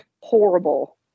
horrible